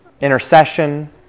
intercession